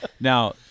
Now